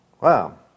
Wow